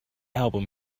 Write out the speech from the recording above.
album